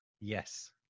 Yes